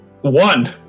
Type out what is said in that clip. One